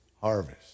harvest